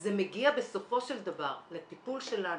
זה מגיע בסופו של דבר לטיפול שלנו,